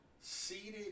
seated